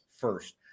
first